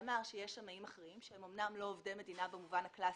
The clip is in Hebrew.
שאמר שיש שמאים אחרים שהם אומנם לא עובדי מדינה במובן הקלאסי,